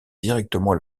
directement